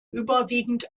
überwiegend